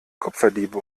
kupferdiebe